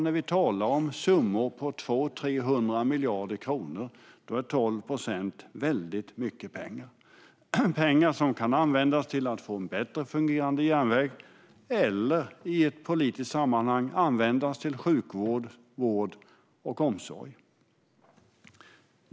När vi talar om summor på 200-300 miljarder kronor är 12 procent väldigt mycket pengar. Det är pengar som kan användas till att få en bättre fungerande järnväg eller, i ett annat politiskt sammanhang, till sjukvård, vård och omsorg.